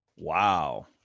Wow